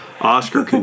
Oscar